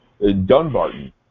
Dunbarton